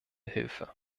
hilfe